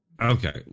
Okay